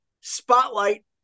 spotlight